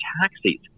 taxis